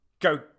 Go